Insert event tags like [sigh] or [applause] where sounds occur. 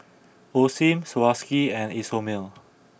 Osim Swarovski and Isomil [noise]